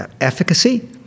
efficacy